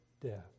death